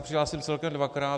Přihlásím se celkem dvakrát.